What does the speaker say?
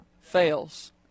fails